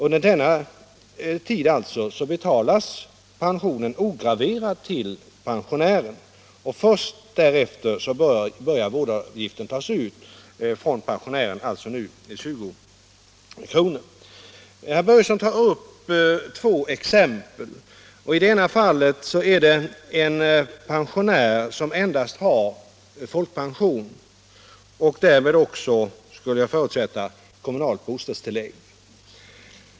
Under denna tid betalas pensionen ograverad till pensionären, och först därefter börjar vårdavgift att tas ut från pensionären, med 20 kr. per dag. Herr Börjesson i Falköping tar upp två fall. I det ena fallet är det en pensionär som endast har folkpension och därmed också, skulle jag förutsätta, kommunalt bostadstillägg.